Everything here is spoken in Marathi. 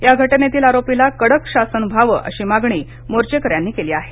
या घटनेतील आरोपीला कडक शासन व्हावं अशी मागणी मोर्चेक यांनी केली आहे